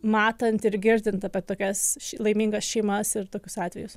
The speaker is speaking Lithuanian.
matant ir girdint apie tokias laimingas šeimas ir tokius atvejus